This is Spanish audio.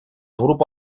grupo